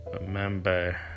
remember